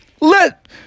Let